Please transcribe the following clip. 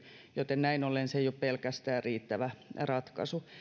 joten näin ollen se ei pelkästään ole riittävä ratkaisu